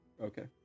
Okay